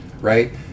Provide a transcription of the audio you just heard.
Right